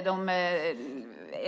De